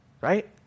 Right